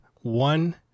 one